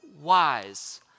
wise